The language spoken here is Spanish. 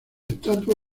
estatus